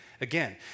again